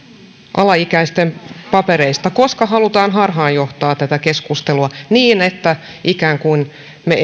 alaikäisten papereista koska halutaan johtaa harhaan tätä keskustelua ikään kuin me